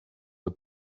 the